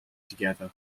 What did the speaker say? together